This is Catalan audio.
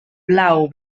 blau